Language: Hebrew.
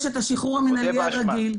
יש את השחרור המינהלי הרגיל,